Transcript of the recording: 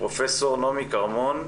פרופ' נעמי כרמון,